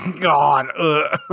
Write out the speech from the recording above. God